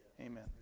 Amen